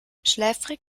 schläfrig